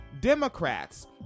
Democrats